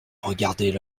regardaient